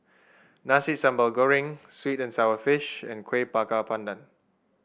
Nasi Sambal Goreng sweet and sour fish and Kueh Bakar Pandan